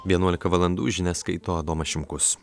vienuolika valandų žinias skaito adomas šimkus